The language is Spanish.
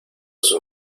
sus